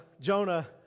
Jonah